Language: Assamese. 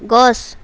গছ